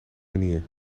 manier